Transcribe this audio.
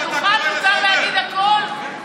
מכוערת על מה שהיה הבית שלך כל כך הרבה שנים,